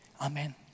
Amen